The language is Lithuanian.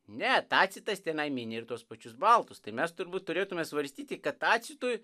ne tacitas tenai mini ir tuos pačius baltus tai mes turbūt turėtume svarstyti kad tacitui